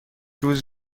روز